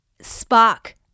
spark